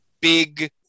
big